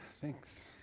Thanks